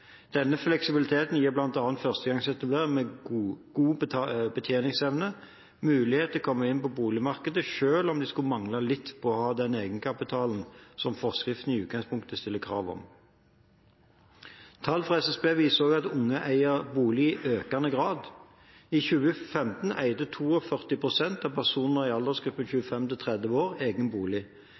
Denne fleksibiliteten gir bl.a. førstegangsetablerende med god betjeningsevne mulighet til å komme inn på boligmarkedet selv om de skulle mangle litt på den egenkapitalen som forskriften i utgangspunktet stiller krav om. Tall fra SSB viser også at unge eier bolig i økende grad. I 2015 eide 42 pst. av personene i aldersgruppen 25–30 år egen bolig.